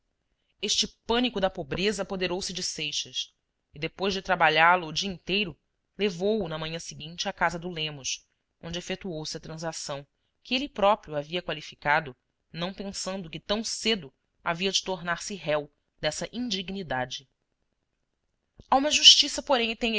este pânico da pobreza apoderou-se de seixas e depois de trabalhá lo o dia inteiro levou-o na manhã seguinte à casa do lemos onde efetuou se a transação que ele próprio havia qualificado não pensando que tão cedo havia de tornar-se réu dessa indignidade a uma justiça porém